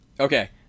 Okay